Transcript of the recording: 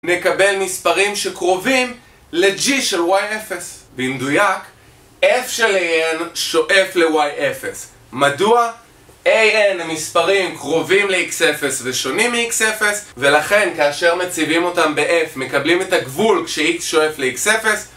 נקבל מספרים שקרובים ל-G של Y0 cמדויק, F של AN שואף ל-Y0 מדוע? AN, המספרים, קרובים ל-X0 ושונים מ-X0 ולכן, כאשר מציבים אותם ב-F, מקבלים את הגבול כש-X שואף ל-X0